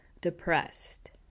depressed